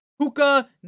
Puka